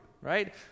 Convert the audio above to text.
right